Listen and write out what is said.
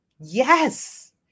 yes